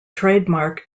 trademark